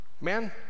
Man